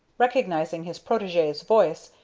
recognizing his protege's voice,